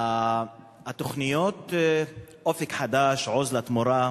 התוכניות "אופק חדש", "עוז לתמורה",